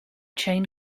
chain